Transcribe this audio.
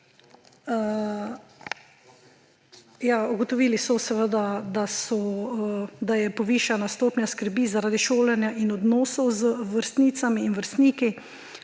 Ugotovili so, da je povišana stopnja skrbi zaradi šolanja in odnosov z vrstnicami in vrstniki.